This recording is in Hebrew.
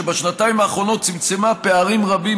ובשנתיים האחרונות היא צמצמה פערים רבים